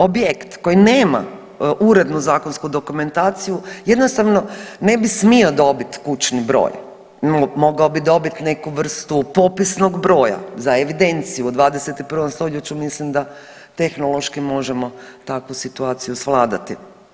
Objekt koji nema urednu zakonsku dokumentaciju jednostavno ne bi smio dobit kućni broj, mogao bi dobiti neku vrstu popisnog broja za evidenciju, u 21. stoljeću mislim da tehnološki možemo takvu situaciju svladati.